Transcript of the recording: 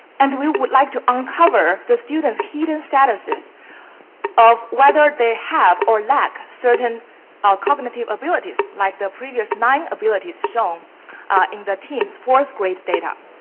and we would like to uncover the students' keyed-in statuses of whether they have or lack certain ah cognitive abilities like the previous nine abilities shown in the teams' fourth-grade data.